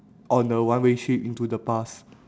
on a one way trip into the past